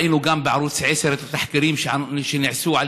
ראינו גם בערוץ 10 את התחקירים שנעשו על